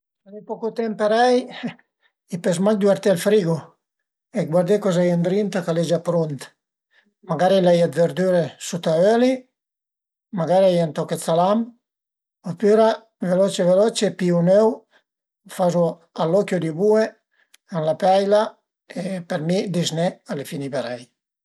Se l'ai pocu temp parei i pös mach düverté ël frigo e guardé coza a ie ëndrinta ch'al e gia prunt, magari l'ai dë verdüre sut a öli, magari a ie ün toch d'salam opüra veloce veloce pìu ün öu, lu fazu all'occhio di bue a la peila e për mi dizné al e finì parei